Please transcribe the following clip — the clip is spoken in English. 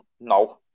No